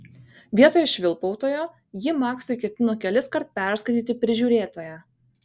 vietoj švilpautojo ji maksui ketino keliskart perskaityti prižiūrėtoją